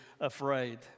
afraid